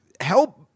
help